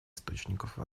источников